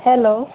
hello